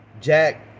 Jack